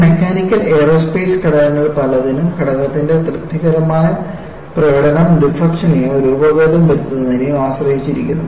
ഈ mechanical aerospace ഘടകങ്ങളിൽ പലതിനും ഘടകത്തിന്റെ തൃപ്തികരമായ പ്രകടനം ഡിഫ്ളക്ഷനെയോ രൂപഭേദം വരുത്തുന്നതിനെയോ ആശ്രയിച്ചിരിക്കുന്നു